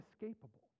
inescapable